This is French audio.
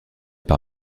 par